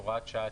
הוראת שעה,